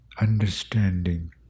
understanding